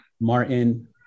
Martin